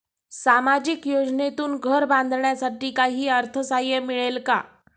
सामाजिक योजनेतून घर बांधण्यासाठी काही अर्थसहाय्य मिळेल का?